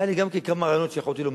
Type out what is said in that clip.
היו לי גם כן כמה רעיונות שיכולתי לומר